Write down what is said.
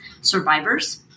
survivors